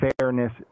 fairness